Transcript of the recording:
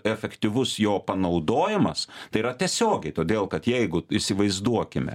efektyvus jo panaudojimas tai yra tiesiogiai todėl kad jeigu įsivaizduokime